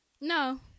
No